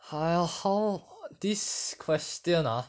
!huh! how this question ah